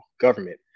government